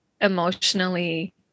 emotionally